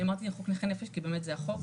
אני אמרתי חוק נכי נפש כי זה החוק,